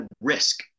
risk